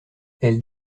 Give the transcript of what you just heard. elle